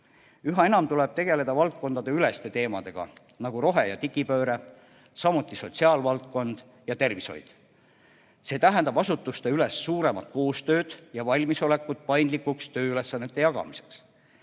Üha enam tuleb tegeleda valdkondadeüleste teemadega, nagu rohe- ja digipööre, samuti sotsiaalvaldkond ja tervishoid. See tähendab asutusteülest suuremat koostööd ja valmisolekut paindlikuks tööülesannete jagamiseks.